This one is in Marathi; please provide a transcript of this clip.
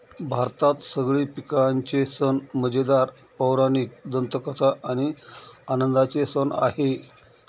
भारतात सगळे पिकांचे सण मजेदार, पौराणिक दंतकथा आणि आनंदाचे सण आहे